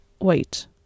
wait